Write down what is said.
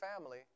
family